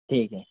ठीक है